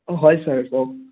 অঁ হয় ছাৰ কওক